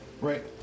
Right